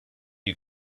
you